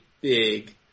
big